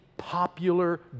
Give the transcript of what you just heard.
popular